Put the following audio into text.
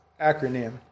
acronym